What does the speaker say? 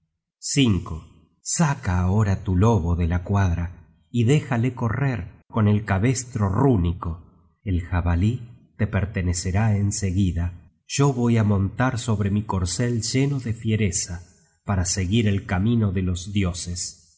tardiamente saca ahora tu lobo de la cuadra y déjale correr con el cabestro rúnico el jabalí te pertenecerá en seguida yo voy á montar sobre mi corcel lleno de fiereza para seguir el camino de los dioses